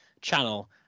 channel